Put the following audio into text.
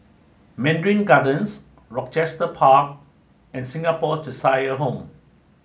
Mandarin Gardens Rochester Park and Singapore Cheshire Home